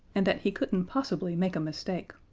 and that he couldn't possibly make a mistake.